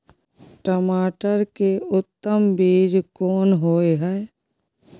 टमाटर के उत्तम बीज कोन होय है?